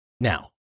Now